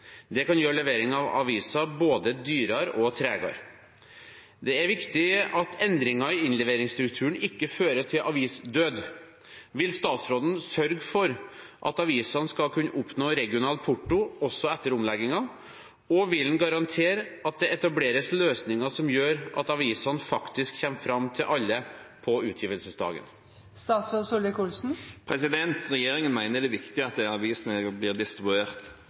Det kan gjøre leveringen av aviser både dyrere og tregere. Det er viktig at endringer i innleveringsstrukturen ikke fører til avisdød. Vil statsråden sørge for at avisene skal kunne oppnå regional porto også etter omleggingen, og vil han garantere at det etableres løsninger som gjør at avisene faktisk kommer fram til alle på utgivelsesdagen? Regjeringen mener det er viktig at avisene blir distribuert.